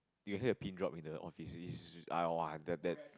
you will hear a pin drop in the office which is !wah! damn bad